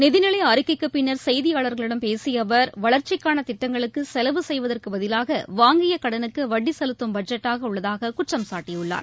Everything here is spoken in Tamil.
நிதிநிலை அறிக்கைக்கு பின்னர் செய்தியாளர்களிடம் பேசிய அவர் வளர்ச்சிக்கான திட்டங்களுக்கு செலவு செய்வதற்கு பதிலாக வாங்கியக் கடனுக்கு வட்டி செலுத்தும் பட்ஜெட்டாக உள்ளதாக குற்றம் சாட்டியுள்ளார்